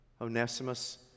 Onesimus